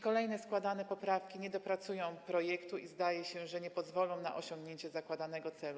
Kolejne składane poprawki nie dopracują projektu i zdaje się, że nie pozwolą na osiągnięcie zakładanego celu.